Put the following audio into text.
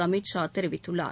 அமித் ஷா தெரிவித்துள்ளார்